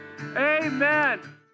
amen